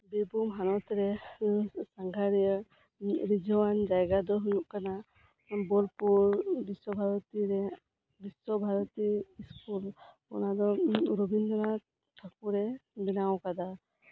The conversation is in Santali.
ᱵᱤᱨᱵᱷᱩᱢ ᱦᱚᱱᱚᱛ ᱨᱮ ᱨᱟᱹᱥᱠᱟᱹ ᱥᱟᱸᱜᱷᱟᱨᱤᱭᱟᱹ ᱨᱤᱡᱷᱟᱹᱣᱟᱱ ᱡᱟᱭᱜᱟᱫᱚ ᱦᱳᱭᱳᱜ ᱠᱟᱱᱟ ᱵᱳᱞᱯᱩᱨ ᱵᱤᱥᱥᱳ ᱵᱷᱟᱨᱚᱛᱤ ᱨᱮ ᱵᱤᱥᱥᱳ ᱵᱷᱟᱨᱚᱛᱤ ᱥᱠᱩᱞ ᱚᱱᱟᱫᱚ ᱨᱚᱵᱤᱱᱫᱨᱚ ᱱᱟᱛᱷ ᱴᱷᱟᱠᱩᱨᱮ ᱵᱮᱱᱟᱣ ᱟᱠᱟᱫᱟ